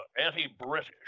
anti-British